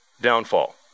downfall